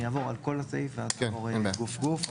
אני אעבור על כל הסעיף ואז נעבור גוף גוף.